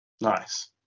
Nice